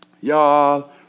Y'all